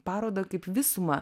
parodą kaip visumą